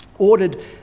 ordered